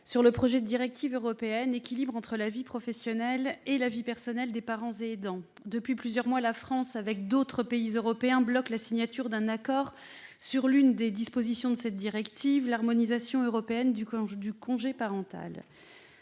sur la proposition de directive européenne concernant l'équilibre entre vie professionnelle et vie personnelle des parents et aidants. Depuis plusieurs mois, la France, avec d'autres pays européens, bloque la signature d'un accord sur l'une des dispositions de cette directive : l'harmonisation européenne du congé parental.